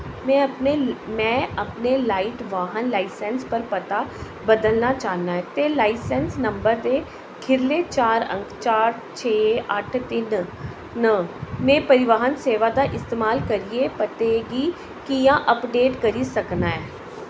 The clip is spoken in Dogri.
मैं अपने लाइट वाहन लाइसेंस पर पता बदलना चाह्न्नां ते लाइसेंस नंबर दे खीरले चार अंक चार छे अट्ठ तिन न मैं परिवहन सेवा दा इस्तेमाल करियै पते गी कि'यां अपडेट करी सकनां